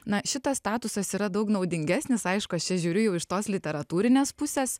na šitas statusas yra daug naudingesnis aišku aš čia žiūriu jau iš tos literatūrinės pusės